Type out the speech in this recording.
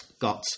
got